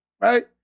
right